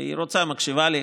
כשהיא רוצה היא מקשיבה לי,